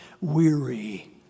Weary